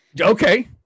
okay